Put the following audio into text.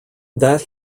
that